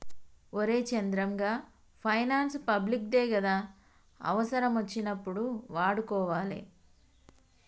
ఒరే చంద్రం, గా finance public దే గదా, అవుసరమచ్చినప్పుడు వాడుకోవాలె